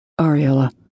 Ariella